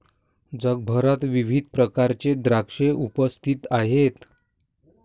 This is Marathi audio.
जगभरात विविध प्रकारचे द्राक्षे उपस्थित आहेत